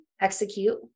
execute